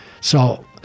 So-